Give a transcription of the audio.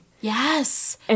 Yes